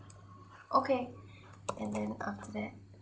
okay and then after that